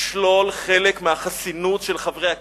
לשלול חלק מהחסינות של חברי הכנסת.